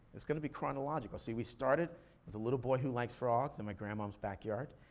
it's gonna be chronological, see we started with a little boy who likes frogs, in my grandma's backyard,